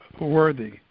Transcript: worthy